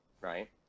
right